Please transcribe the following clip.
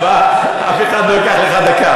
הבא, אף אחד לא ייקח לך דקה.